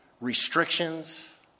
restrictions